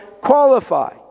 qualify